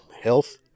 health